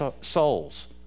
souls